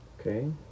Okay